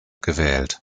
gewählt